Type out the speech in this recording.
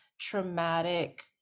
traumatic